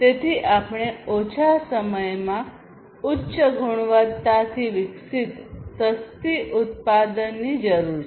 તેથી આપણે ઓછા સમયમાં ઉચ્ચ ગુણવત્તાથી વિકસિત સસ્તી ઉત્પાદનની જરૂર છે